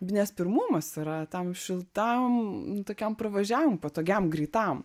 nes pirmumas yra tam šiltam tokiam pravažiavimui patogiam greitam